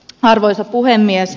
arvoisa puhemies